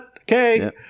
okay